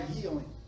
healing